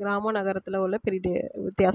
கிராமம் நகரத்தில் உள்ள பெரிய வித்தியாசம்